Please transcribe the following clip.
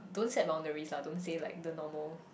don't set boundaries lah don't say like the normal